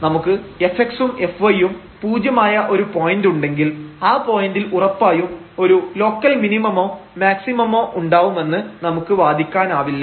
നമുക്ക് fx ഉം fyഉം പൂജ്യമായ ഒരു പോയന്റ് ഉണ്ടെങ്കിൽ ആ പോയന്റിൽ ഉറപ്പായും ഒരു ലോക്കൽ മിനിമമോ മാക്സിമമോ ഉണ്ടാവുമെന്ന് നമുക്ക് വാദിക്കാനാവില്ല